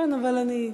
2190 ו-2191.